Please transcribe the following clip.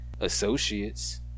associates